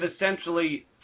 essentially